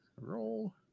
roll